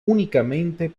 únicamente